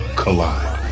collide